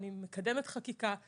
אני מקדמת חקיקה.